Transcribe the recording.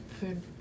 food